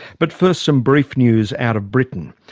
but first some brief news out of britain.